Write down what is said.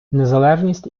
незалежність